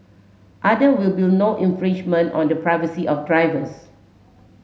are there will no infringement on the privacy of drivers